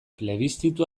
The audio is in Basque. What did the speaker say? plebiszitu